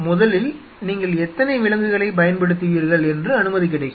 முதலில் நீங்கள் எத்தனை விலங்குகளைப் பயன்படுத்துவீர்கள் என்று அனுமதி கிடைக்கும்